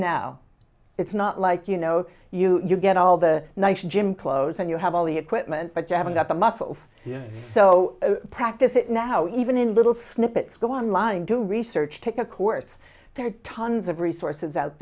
now it's not like you know you get all the nice gym clothes and you have all the equipment but you haven't got the muscles yet so practice it now even in little snippets go online do research take a course there are tons of resources out